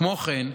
כמו כן,